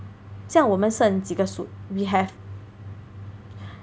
这样我们剩几个 suit we have